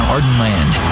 Ardenland